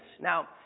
Now